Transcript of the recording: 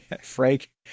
Frank